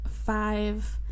five